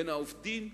בין העובדים,